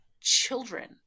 children